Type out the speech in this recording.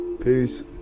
Peace